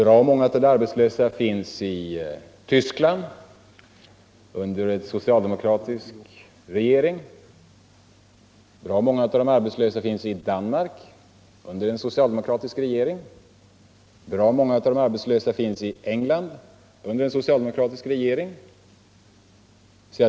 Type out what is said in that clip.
Ja, bra många av de arbetslösa finns i Tyskland under en socialdemokratisk regering, bra många av de arbetslösa finns i Danmark under en socialdemokratisk regering, bra många av de arbetslösa finns i England under en socialdemokratisk regering.